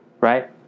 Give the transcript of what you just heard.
Right